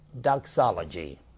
doxology